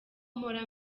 mpora